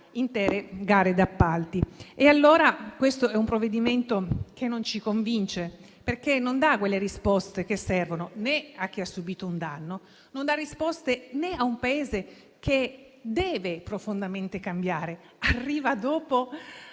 intere gare d'appalto. Questo è un provvedimento che non ci convince perché non dà le risposte che servono né a chi ha subito un danno né a un Paese che deve profondamente cambiare. Arriva dopo